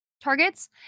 targets